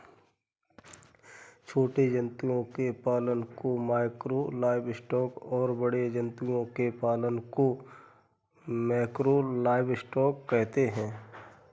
छोटे जंतुओं के पालन को माइक्रो लाइवस्टॉक और बड़े जंतुओं के पालन को मैकरो लाइवस्टॉक कहते है